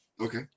Okay